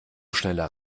schneller